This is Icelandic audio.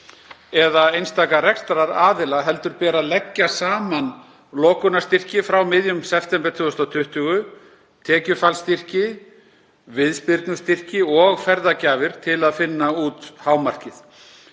eða einstaka rekstraraðila heldur ber að leggja saman lokunarstyrki frá miðjum september 2020, tekjufallsstyrki, viðspyrnustyrki og ferðagjafir til að finna út hámarkið.